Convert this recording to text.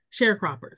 sharecroppers